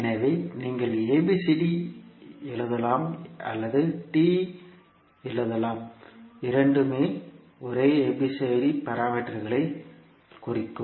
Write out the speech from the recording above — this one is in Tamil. எனவே நீங்கள் ABCD எழுதலாம் அல்லது T எழுதலாம் இரண்டுமே ஒரே ABCD பாராமீட்டர்களைக் குறிக்கும்